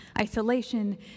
Isolation